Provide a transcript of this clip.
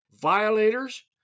violators